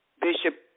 Bishop